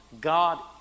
God